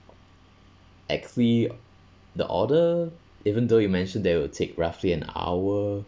actually the order even though you mentioned that it would take roughly an hour